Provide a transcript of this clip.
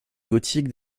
gothiques